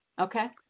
Okay